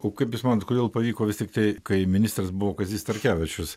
o kaip jūs manot kodėl pavyko vis tiktai kai ministras buvo kazys starkevičius